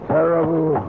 Terrible